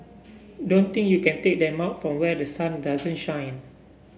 don't think you can take them out from where the sun doesn't shine